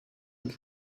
with